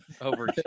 Over